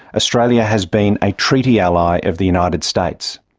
australia has been a treaty ally of the united states.